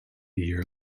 year